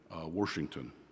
Washington